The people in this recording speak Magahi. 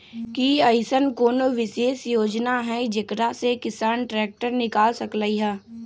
कि अईसन कोनो विशेष योजना हई जेकरा से किसान ट्रैक्टर निकाल सकलई ह?